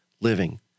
living